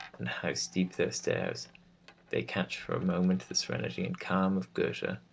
and how steep their stairs they catch for a moment the serenity and calm of goethe,